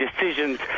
decisions